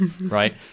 right